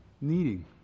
kneading